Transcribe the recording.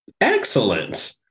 Excellent